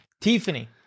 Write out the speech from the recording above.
Tiffany